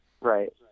Right